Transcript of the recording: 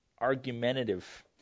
argumentative